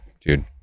dude